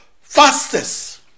fastest